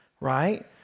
right